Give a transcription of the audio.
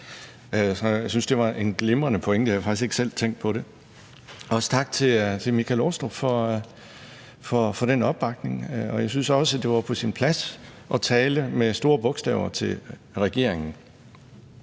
Jeg synes, at det var en glimrende pointe, og jeg havde faktisk ikke selv tænkt på det. Jeg vil også sige tak til hr. Michael Aastrup Jensen for opbakningen, og jeg synes også, at det var på sin plads at tale med store bogstaver til regeringen.